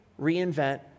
reinvent